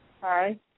Hi